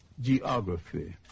geography